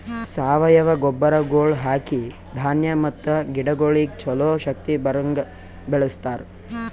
ಸಾವಯವ ಗೊಬ್ಬರಗೊಳ್ ಹಾಕಿ ಧಾನ್ಯ ಮತ್ತ ಗಿಡಗೊಳಿಗ್ ಛಲೋ ಶಕ್ತಿ ಬರಂಗ್ ಬೆಳಿಸ್ತಾರ್